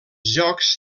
jocs